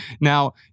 now